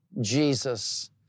Jesus